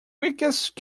weakest